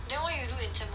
then why you do in sem one